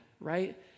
right